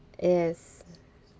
yes